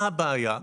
מה הבעיה?